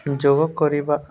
ଯୋଗ କରିବା